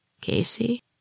Casey